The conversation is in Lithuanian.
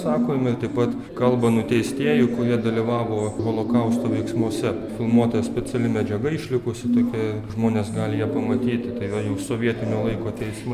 sakoma taip pat kalba nuteistieji kurie dalyvavo holokausto veiksmuose filmuota speciali medžiaga išlikusi tokia žmonės gali ją pamatyti tai va jau sovietinio laiko teismai